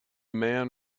man